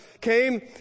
came